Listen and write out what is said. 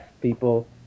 people